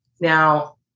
Now